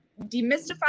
demystify